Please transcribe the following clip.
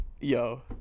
yo